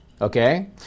okay